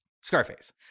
Scarface